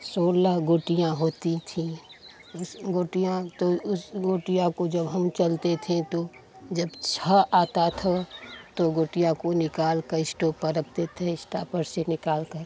सोलह गोटियाँ होती थीं उस गोटियाँ तो उस गोटियाँ को जब हम चलते थे तो जब छः आता था तो गोटियाँ काे निकालकर इस्टाेप पर रखते थे इस्टापर से निकालकर